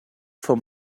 for